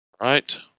Right